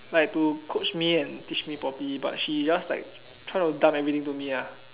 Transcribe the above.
like to coach me and teach me properly but she just like try to dump everything to me ah